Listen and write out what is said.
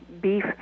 beef